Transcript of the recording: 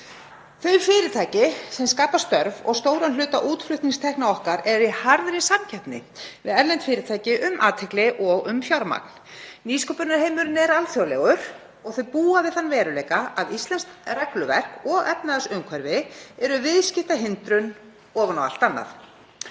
Þau fyrirtæki sem skapa störf og stóran hluta útflutningstekna okkar eru í harðri samkeppni við erlend fyrirtæki um athygli og um fjármagn. Nýsköpunarheimurinn er alþjóðlegur og þau búa við þann veruleika að íslenskt regluverk og efnahagsumhverfi eru viðskiptahindrun ofan á allt annað.